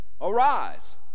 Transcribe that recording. arise